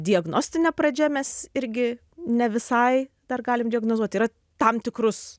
diagnostine pradžia mes irgi ne visai dar galim diagnozuot yra tam tikrus